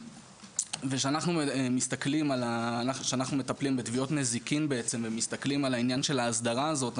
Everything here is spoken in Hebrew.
כשאנחנו מטפלים בתביעות נזיקין ומסתכלים על העניין של ההסדרה הזאת,